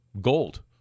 gold